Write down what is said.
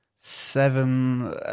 seven